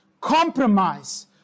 compromise